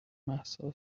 مهسا